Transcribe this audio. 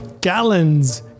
Gallons